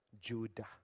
Judah